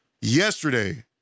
yesterday